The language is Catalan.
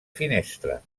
finestra